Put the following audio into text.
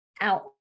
out